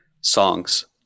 songs